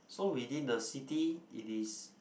so within the city it is